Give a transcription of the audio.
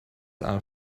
are